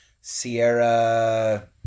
Sierra